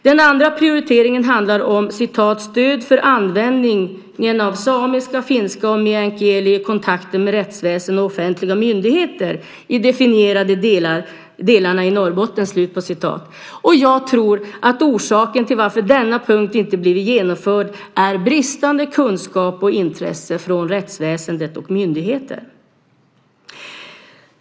Den andra prioriteringen handlar om "stöd för användningen av samiska, finska och meänkieli i kontakten med rättsväsen och offentliga myndigheter i de definierade delarna av Norrbotten". Jag tror att orsaken till att denna punkt inte blivit genomförd är bristande kunskap och intresse från rättsväsende och myndigheter.